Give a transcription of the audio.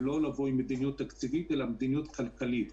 ולא לבוא עם מדיניות תקציבית אלא עם מדיניות כלכלית.